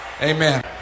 Amen